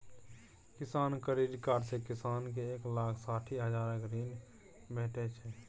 किसान credit card सँ किसान केँ एक लाख साठि हजारक ऋण भेटै छै